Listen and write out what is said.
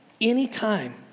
anytime